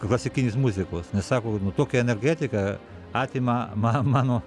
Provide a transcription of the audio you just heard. klasikinės muzikos nes sako kad nu tokia energetika atima ma mano